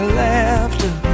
laughter